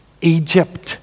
Egypt